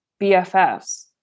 BFFs